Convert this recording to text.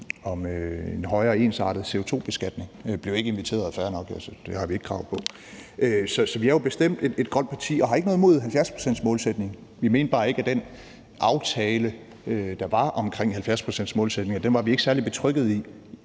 om en højere ensartet CO2-beskatning, men blev ikke inviteret – og fair nok, det har vi ikke krav på. Så vi er jo bestemt et grønt parti og har ikke noget imod 70-procentsmålsætningen, men den aftale, der var omkring 70-procentsmålsætningen, var vi ikke særlig betrygget i.